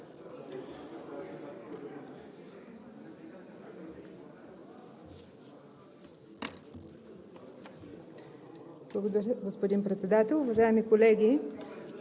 Благодаря, господин Председател. Уважаеми колеги,